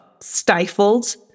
stifled